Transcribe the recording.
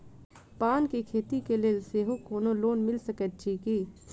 पान केँ खेती केँ लेल सेहो कोनो लोन मिल सकै छी की?